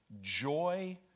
joy